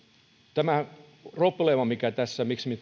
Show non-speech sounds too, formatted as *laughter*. on se probleema tässä miksi me *unintelligible*